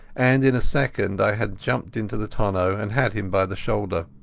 and in a second i had jumped into the tonneau and had him by the shoulder.